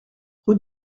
rue